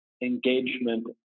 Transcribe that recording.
engagement